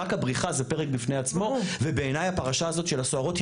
רק הבריחה זה פרק בעיניי עצמו ובעיניי הפרשה הזאת של הסוהרות,